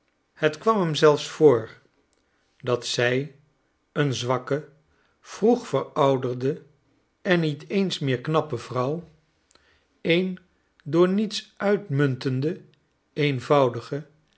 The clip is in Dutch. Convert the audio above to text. het kwam hem zelfs voor dat zij een zwakke vroeg verouderde en niet eens meer knappe vrouw een door niets uitmuntende eenvoudige